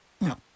No